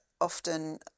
often